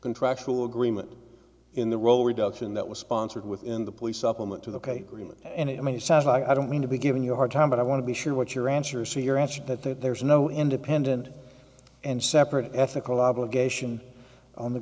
contractual agreement in the role reduction that was sponsored within the police supplement to the remit and i mean it sounds like i don't mean to be giving you a hard time but i want to be sure what your answer is so your answer that there's no independent and separate ethical obligation on the